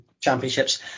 championships